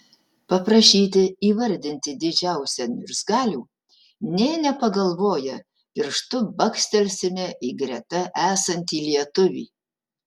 paprašyti įvardinti didžiausią niurzgalių nė nepagalvoję pirštu bakstelsime į greta esantį lietuvį